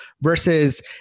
versus